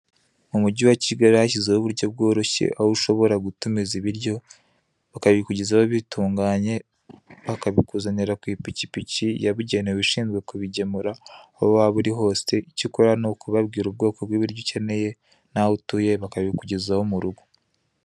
Mu mugi wa Kigali hashyizweho uburyo bworoshye aho ushobora gutumiza ibiryo, bakabikugezaho bitunganye, bakabikuzanira ku ipikipiki yabigenewe, ishinzwe kubigemura aho waba uri hose, icyo ukora ni ukubabwira ubwoko bw'ibiryo ukeneye, n'aho utuye bakabikugezaho mu rugo.